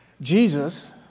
Jesus